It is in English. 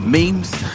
Memes